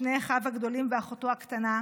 שני אחיו הגדולים ואחותו הקטנה,